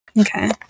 Okay